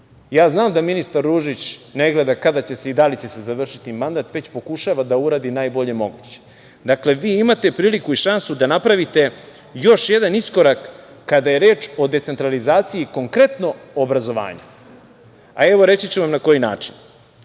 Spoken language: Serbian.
ja znam da ministar Ružić ne gleda kada će se i da li će se završiti mandat, već pokušava da uradi najbolje moguće. Dakle, vi imate priliku i šansu da napravite još jedan iskorak kada je reč o decentralizaciji konkretno obrazovanja. Evo, reći ću vam na koji način. Grupa